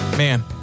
man